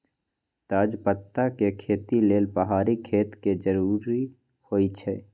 तजपत्ता के खेती लेल पहाड़ी खेत के जरूरी होइ छै